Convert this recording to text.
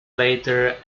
later